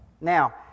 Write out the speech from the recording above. Now